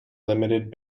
limited